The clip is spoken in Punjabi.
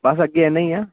ਬਸ ਅੱਗੇ ਇੰਨਾ ਹੀ ਆ